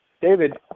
David